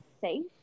safe